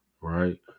right